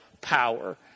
power